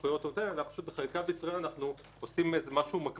אלא בחקיקה בישראל אנחנו עושים משהו מקביל,